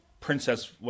Princess